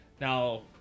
Now